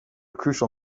crucial